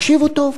תקשיבו טוב.